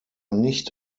nicht